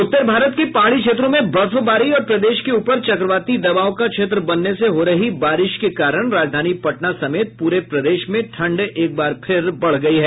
उत्तर भारत के पहाड़ी क्षेत्रों में बर्फबारी और प्रदेश के ऊपर चक्रवाती दबाव का क्षेत्र बनने से हो रही बारिश के कारण राजधानी पटना समेत पूरे प्रदेश में ठंड एक बार फिर बढ़ गयी है